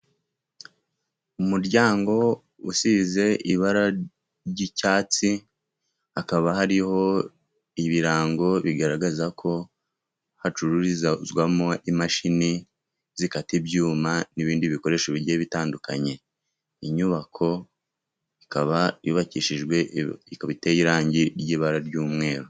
Umuryango usize ibara ry'icyatsi, hakaba hariho ibirango bigaragaza ko hacururizazwamo imashini zikata ibyuma, n'ibindi bikoresho bigiye bitandukanye. Inyubako ikaba ikaba iteye irangi ry'ibara ry'umweru.